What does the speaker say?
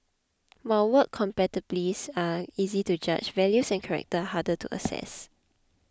while work capabilities are easy to judge values and character harder to assess